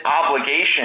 obligation